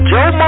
Joe